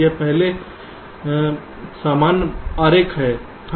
यह पहले सामान्य ब्लॉक आरेख है